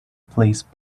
plays